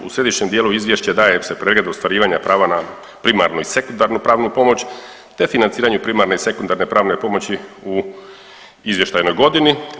U središnjem dijelu izvješća daje se pregled ostvarivanja prava na primarnu i sekundarnu pravnu pomoć te financiranje primarne i sekundarne pravne pomoći u izvještajnoj godini.